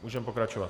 Můžeme pokračovat.